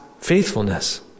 faithfulness